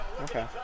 Okay